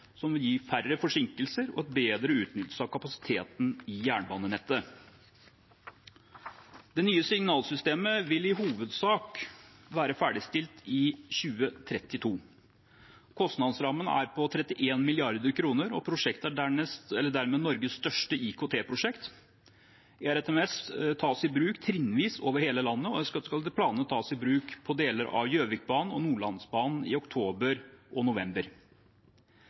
som vil gi færre forsinkelser og bedre utnyttelse av kapasiteten i jernbanenettet. Det nye signalsystemet vil i hovedsak være ferdigstilt i 2032. Kostnadsrammen er på 31 mrd. kr, og prosjektet er dermed Norges største IKT-prosjekt. ERTMS tas i bruk trinnvis over hele landet og skal etter planene tas i bruk på deler av Gjøvikbanen og Nordlandsbanen i oktober og november.